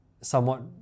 somewhat